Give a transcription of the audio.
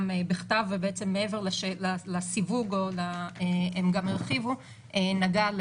גם בכתב ובעצם מעבר לסיווג הם גם הרחיבו נגעה